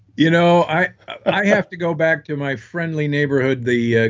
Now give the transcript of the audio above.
you know, i i have to go back to my friendly neighborhood the, ah